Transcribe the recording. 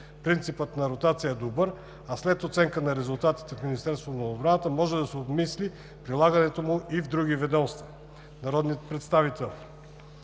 Принципът на ротацията е добър, а след оценка на резултатите в Министерството на отбраната може да се обмисли прилагането му и в други ведомства. Народният представител